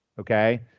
okay